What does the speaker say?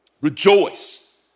Rejoice